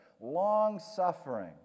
long-suffering